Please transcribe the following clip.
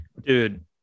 dude